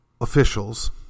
officials